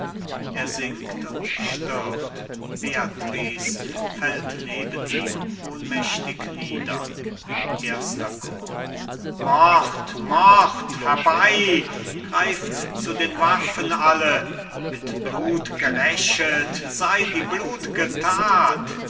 er sinkt und stirbt beatrice fällt neben ihm ohnmächtig nieder erster chor cajetan mord mord herbei greift zu den waffen alle mit blut gerächet sei die blut'ge that